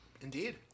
Indeed